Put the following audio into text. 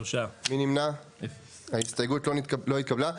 3 נמנעים, 0 ההסתייגות לא התקבלה.